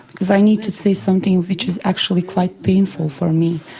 because i need to say something which is actually quite painful for me.